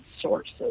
sources